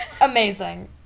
Amazing